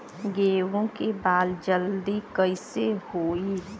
गेहूँ के बाल जल्दी कईसे होई?